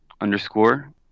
underscore